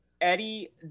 Eddie